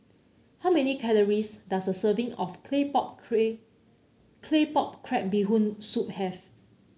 how many calories does a serving of claypot clay Claypot Crab Bee Hoon Soup have